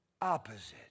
opposite